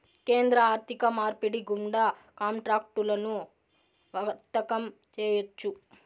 కేంద్ర ఆర్థిక మార్పిడి గుండా కాంట్రాక్టులను వర్తకం చేయొచ్చు